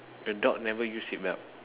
the dog never use seatbelt